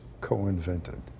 co-invented